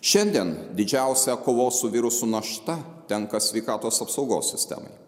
šiandien didžiausia kovos su virusu našta tenka sveikatos apsaugos sistemai